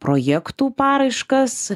projektų paraiškas